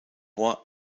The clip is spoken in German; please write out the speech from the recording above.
bois